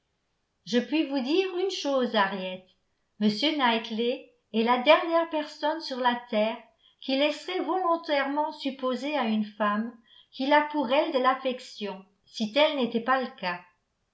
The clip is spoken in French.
je puis vous dire une chose henriette m knightley est la dernière personne sur la terre qui laisserait volontairement supposer à une femme qu'il a pour elle de l'affection si tel n'était pas le cas